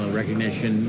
recognition